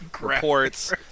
reports